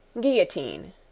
Guillotine